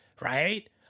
right